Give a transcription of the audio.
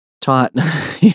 taught